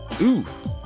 oof